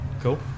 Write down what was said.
Cool